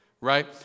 Right